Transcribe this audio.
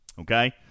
okay